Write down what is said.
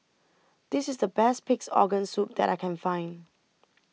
This IS The Best Pig'S Organ Soup that I Can Find